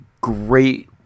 great